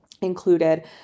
included